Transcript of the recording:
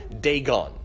Dagon